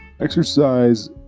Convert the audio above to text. exercise